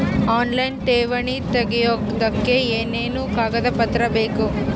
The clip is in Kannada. ಆನ್ಲೈನ್ ಠೇವಣಿ ತೆಗಿಯೋದಕ್ಕೆ ಏನೇನು ಕಾಗದಪತ್ರ ಬೇಕು?